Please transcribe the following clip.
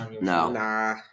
No